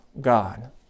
God